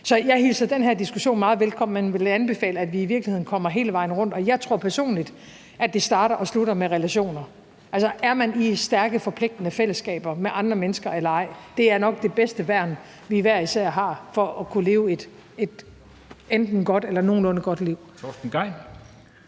Så jeg hilser den her diskussion meget velkommen, men vil anbefale, at vi i virkeligheden kommer hele vejen rundt. Jeg tror personligt, at det starter og slutter med relationer. Er man i stærke, forpligtende fællesskaber med andre mennesker, så er det nok det bedste værn, vi hver især har for at kunne leve et enten godt eller et nogenlunde godt liv. Kl.